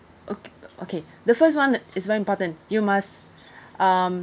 oh okay the first one is very important you must um